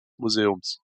museums